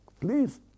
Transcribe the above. please